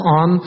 on